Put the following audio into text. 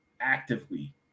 actively